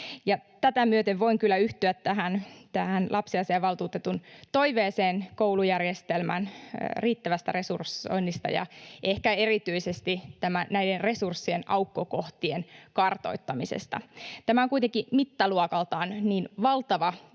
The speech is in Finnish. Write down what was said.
Tätä myöten voin kyllä yhtyä tähän lapsiasiainvaltuutetun toiveeseen koulujärjestelmän riittävästä resursoinnista ja ehkä erityisesti näiden resurssien aukkokohtien kartoittamisesta. Tämä on kuitenkin mittaluokaltaan niin valtavan